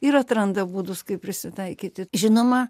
ir atranda būdus kaip prisitaikyti žinoma